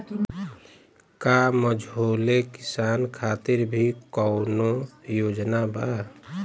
का मझोले किसान खातिर भी कौनो योजना बा?